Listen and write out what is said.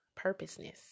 purposeness